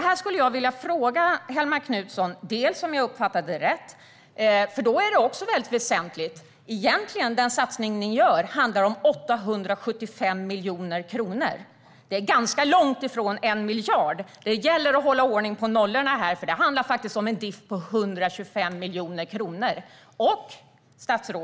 Jag skulle vilja fråga Helene Hellmark Knutsson om jag uppfattade det rätt, för det är väsentligt. Den satsning man gör handlar om 875 miljoner kronor. Det är ganska långt ifrån 1 miljard. Det gäller att hålla ordning på nollorna här, för det handlar faktiskt om en differens på 125 miljoner kronor.